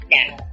now